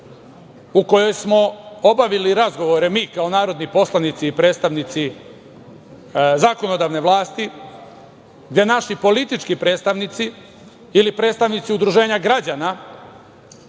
u kojoj smo obavili razgovore, mi kao narodni poslanici predstavnici zakonodavne vlasti, gde naši politički predstavnici ili predstavnici udruženja građana